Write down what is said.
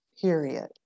period